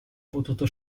potuto